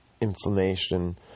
inflammation